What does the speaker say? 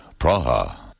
Praha